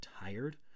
tired